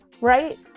right